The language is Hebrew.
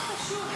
מה קשור?